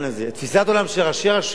תפיסת העולם של ראשי רשויות,